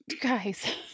Guys